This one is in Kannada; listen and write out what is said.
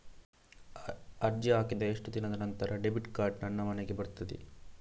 ಅರ್ಜಿ ಹಾಕಿದ ಎಷ್ಟು ದಿನದ ನಂತರ ಡೆಬಿಟ್ ಕಾರ್ಡ್ ನನ್ನ ಮನೆಗೆ ಬರುತ್ತದೆ?